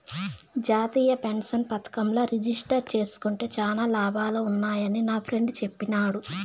జాతీయ పెన్సన్ పదకంల రిజిస్టర్ జేస్కుంటే శానా లాభాలు వున్నాయని నాఫ్రెండ్ చెప్పిన్నాడు